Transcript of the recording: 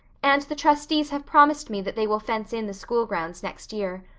and the trustees have promised me that they will fence in the school grounds next year.